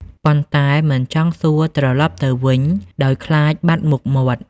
ប៉ុន្តែមិនចង់សួរត្រឡប់ទៅវិញដោយខ្លាចបាត់មុខមាត់។